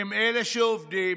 הם אלה שעובדים,